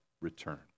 return